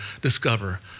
Discover